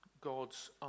God's